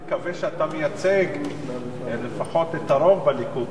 אני מקווה שאתה מייצג לפחות את הרוב בליכוד,